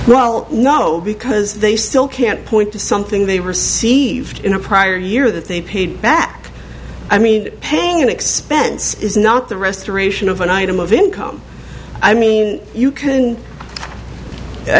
well no because they still can't point to something they received in a prior year that they paid back i mean paying an expense is not the restoration of an item of income i mean you can i